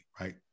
right